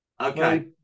Okay